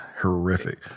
horrific